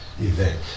event